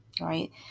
right